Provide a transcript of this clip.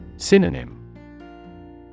Synonym